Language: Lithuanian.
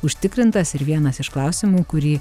užtikrintas ir vienas iš klausimų kurį